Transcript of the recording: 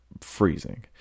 freezing